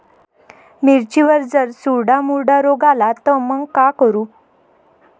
मिर्चीवर जर चुर्डा मुर्डा रोग आला त मंग का करू?